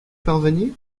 parvenir